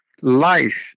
life